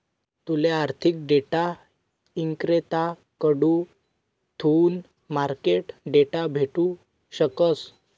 तूले आर्थिक डेटा इक्रेताकडथून मार्केट डेटा भेटू शकस